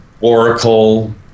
Oracle